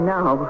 Now